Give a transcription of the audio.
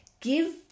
give